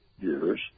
years